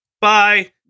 Bye